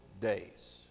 days